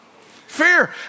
fear